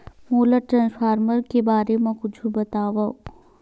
मोला ट्रान्सफर के बारे मा कुछु बतावव?